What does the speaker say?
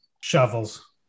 Shovels